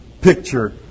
picture